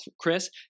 Chris